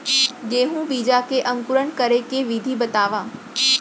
गेहूँ बीजा के अंकुरण करे के विधि बतावव?